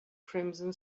crimson